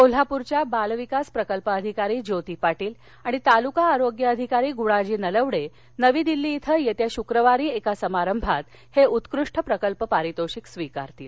कोल्हापुरच्या बाल विकास प्रकल्प अधिकारी ज्योती पाटील आणि तालुका आरोग्य अधिकारी गुणाजी नलवडे नवी दिल्ली इथं येत्या शुक्रवारी एका समारंभात हे उत्कृष्ट प्रकल्प पारितोषिक स्विकारतील